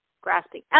grasping